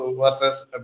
versus